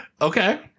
okay